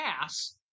ass